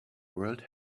world